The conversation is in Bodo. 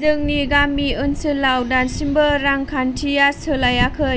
जोंनि गामि ओनसोलाव दासिमबो रांखान्थिया सोलायाखै